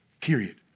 Period